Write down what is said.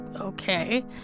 okay